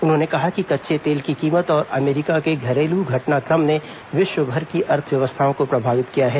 उन्होंने कहा कि कच्चे तेल की कीमत और अमरीका के घरेलू घटनाक्रम ने विश्वभर की अर्थव्यवस्थाओं को प्रभावित किया है